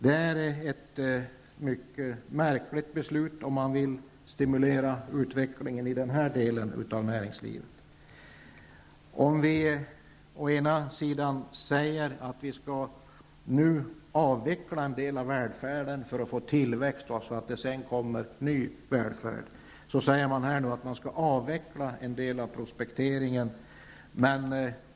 Det är ett mycket märkligt beslut, om man vill stimulera utvecklingen i den här delen av näringslivet. Å ena sidan säger man att en del av välfärden nu skall avvecklas för att få tillväxt så att det sedan kommer ny välfärd, men å andra sidan säger man att en del av prospekteringen skall avvecklas.